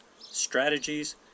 strategies